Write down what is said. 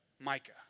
Micah